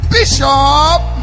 Bishop